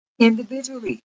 individually